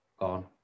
gone